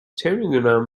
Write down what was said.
چمیدونم